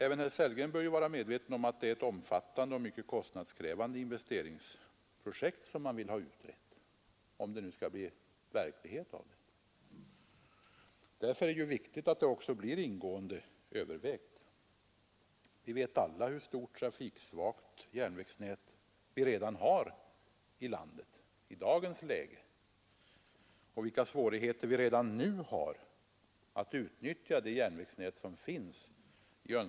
Även herr Sellgren bör vara medveten om att det är ett omfattande och mycket kostnadskrävande investeringsprojekt som man vill ha utrett. Därför är det viktigt att det också ingående övervägs. Vi vet alla hur stort trafiksvagt järnvägsnät vi redan i dagens läge har och vilka svårigheter vi har att i önskvärd utsträckning utnyttja det järnvägsnät som finns.